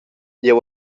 jeu